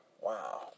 Wow